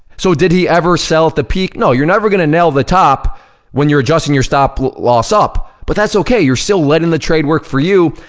so did he ever sell at the peak no, you're never gonna nail the top when you're adjusting your stop loss up, but that's okay, you're still letting the trade work for you,